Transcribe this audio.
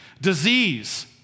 disease